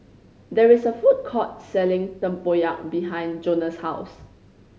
there is a food court selling tempoyak behind Jonah's house